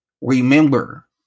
Remember